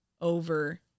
over